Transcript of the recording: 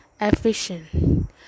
efficient